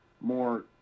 more